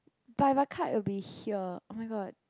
but if I cut it'll be here oh-my-god